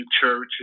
church